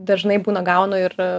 dažnai būna gaunu ir